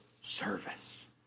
service